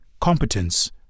Competence